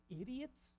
idiots